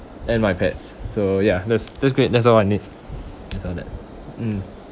and my pets so ya that's that's great that's all I need just all that mm